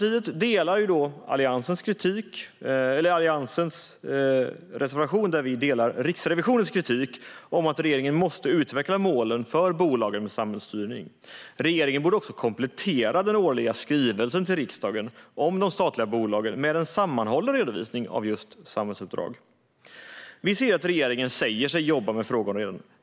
I Alliansens reservation delar vi Riksrevisionens kritik som handlar om att regeringen måste utveckla målen för bolagen med samhällsuppdrag. Regeringen borde också komplettera den årliga skrivelsen till riksdagen om de statliga bolagen med en sammanhållen redovisning av just samhällsuppdrag. Regeringen säger sig jobba med frågorna.